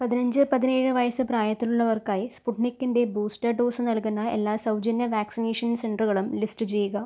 പതിനഞ്ച് പതിനേഴ് വയസ്സ് പ്രായത്തിലുള്ളവർക്കായി സ്പുട്നിക്കിൻ്റെ ബൂസ്റ്റർ ഡോസ് നൽകുന്ന എല്ലാ സൗജന്യ വാക്സിനേഷൻ സെൻ്ററുകളും ലിസ്റ്റ് ചെയ്യുക